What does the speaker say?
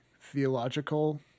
theological